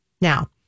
now